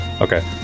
Okay